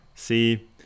See